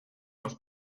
los